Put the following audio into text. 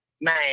Man